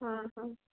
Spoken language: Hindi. हाँ हाँ